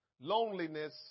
loneliness